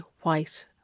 white